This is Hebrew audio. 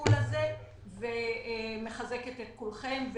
הביטול הזה ומחזקת את כולכם.